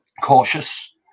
cautious